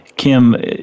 Kim